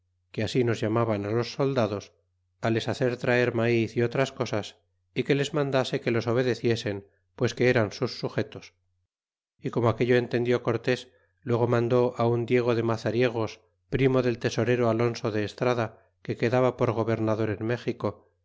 que así nos llamaban los soldados á les hacer traer maíz y otras cosas y que les mandase que los obedeciesen pues que eran sus sujetos y como aquello entendió cortés luego mandó un diego de mazariegos primo del tesorero alonso de estrada que quedaba por gobernador en méxico